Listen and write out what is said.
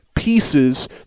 pieces